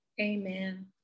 Amen